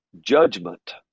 judgment